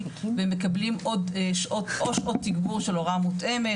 והם מקבלים עוד שעות או תגבור של הוראה מותאמת,